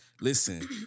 listen